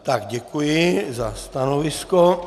Tak děkuji za stanovisko.